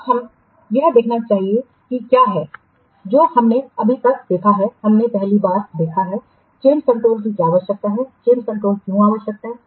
अब हमें यह देखना चाहिए कि क्या है जो हमने अभी तक देखा है हमने पहली बार देखा है चेंजकंट्रोल की क्या आवश्यकता है चेंजकंट्रोल क्यों आवश्यक है